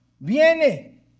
viene